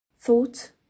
thought